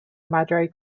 madre